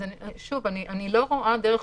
שוב, אני לא רואה דרך